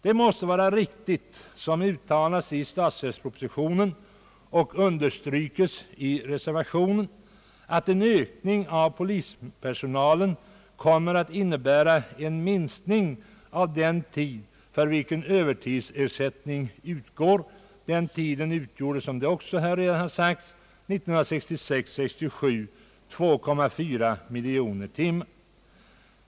Det måste vara riktigt, som uttalas i statsverkspropositionen och som understrykes i reservationen, att en ökning av polispersonalen kommer att innebära en minskning av den tid för vilken övertidsersättning utgår. Den tiden utgjorde, vilket också redan har framhållits, för budgetåret 1966/67 2,4 miljoner timmar.